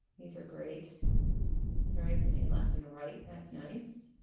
these are great there is a left and a right that's nice